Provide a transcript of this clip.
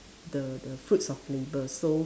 the the fruits of labour so